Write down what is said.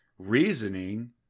Reasoning